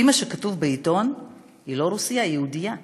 לפי מה שכתוב בעיתון היא לא רוסייה, היא יהודייה.